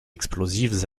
explosifs